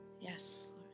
Yes